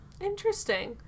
Interesting